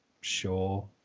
sure